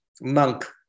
monk